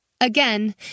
Again